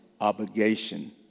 obligation